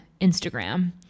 Instagram